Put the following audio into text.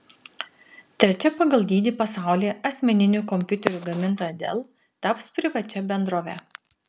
trečia pagal dydį pasaulyje asmeninių kompiuterių gamintoja dell taps privačia bendrove